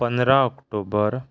पंदरा ऑक्टोबर